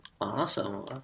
Awesome